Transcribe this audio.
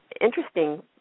interesting